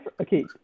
okay